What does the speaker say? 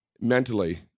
mentally